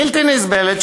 בלתי נסבלת,